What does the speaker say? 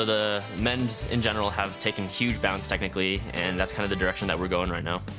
ah the men's in general have taken huge bounds technically, and that's kind of the direction that we're going right now.